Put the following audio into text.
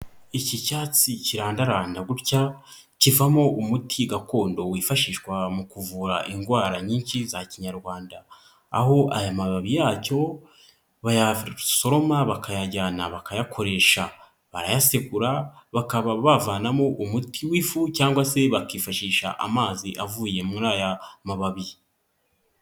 Iki cyatsi kirandarana gutya, kivamo umuti gakondo wifashishwa mu kuvura indwara nyinshi za Kinyarwanda, aho aya mababi yacyo bayasoroma bakayajyana bakayakoresha, barayasekura bakaba bavanamo umuti w'ifu cyangwa se bakifashisha amazi avuye muri aya mababi.